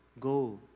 go